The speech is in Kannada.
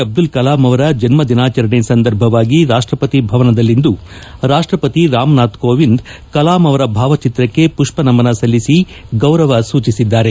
ಅಬ್ಲುಲ್ ಕಲಾಂ ಅವರ ಜನ್ನದಿನಾಚರಣೆ ಸಂದರ್ಭವಾಗಿ ರಾಷ ಪತಿ ಭವನದಲ್ಲಿಂದು ರಾಷ್ಟಪತಿ ರಾಮನಾಥ್ ಕೋವಿಂದ್ ಕಲಾಂ ಅವರ ಭಾವಚಿತ್ರಕ್ಕೆ ಪುಪ್ಪನಮನ ಸಲ್ಲಿಸಿ ಗೌರವ ಸೂಚಿಸಿದ್ದಾರೆ